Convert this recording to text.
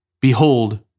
Behold